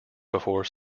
before